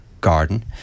garden